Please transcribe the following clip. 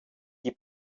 die